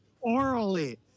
orally